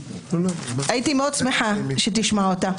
הייתי מאוד שמחה שתשמע אותה.